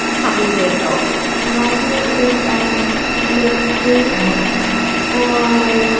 cuddle their dog what i do is i make food or i ah